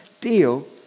deal